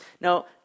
Now